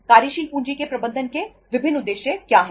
कार्यशील पूंजी के प्रबंधन के विभिन्न उद्देश्य क्या हैं